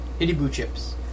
Hitty-boo-chips